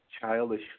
childish